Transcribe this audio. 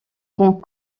rend